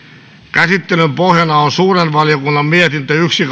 käsittelyn pohjana on suuren valiokunnan mietintö yksi